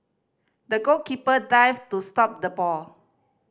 the goalkeeper dived to stop the ball